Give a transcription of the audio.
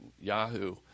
Yahoo